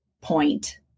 point